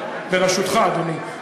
בראשותך, אדוני.